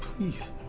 please.